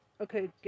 Okay